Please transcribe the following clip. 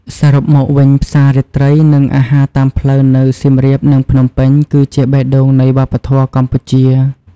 សរុបមកវិញផ្សាររាត្រី និងអាហារតាមផ្លូវនៅសៀមរាប និងភ្នំពេញ គឺជាបេះដូងនៃវប្បធម៌កម្ពុជា។